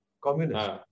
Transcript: Communists